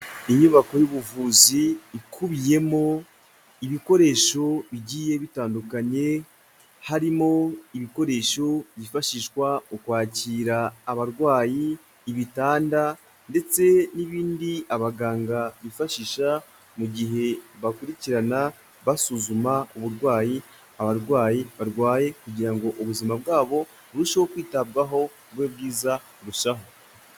Inyubako y'ubuvuzi ikubiyemo ibikoresho bigiye bitandukanye harimo ibikoresho byifashishwa mu kwakira abarwayi, ibitanda ndetse n'ibindi abaganga bifashisha mu gihe bakurikirana basuzuma uburwayi abarwayi barwaye, kugira ngo ubuzima bwabo burusheho kwitabwaho bube bwiza kurushaho.